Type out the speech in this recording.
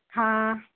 हां